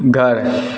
घर